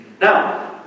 Now